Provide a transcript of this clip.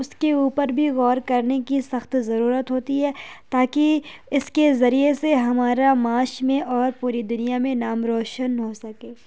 اس کے اوپر بھی غور کرنے کی سخت ضرورت ہوتی ہے تاکہ اس کے ذریعے سے ہمارا معاش میں اور پوری دنیا میں نام روشن ہو سکے